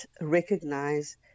recognize